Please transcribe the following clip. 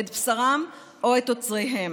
את בשרם או את תוצריהם.